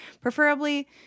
preferably